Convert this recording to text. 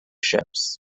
ships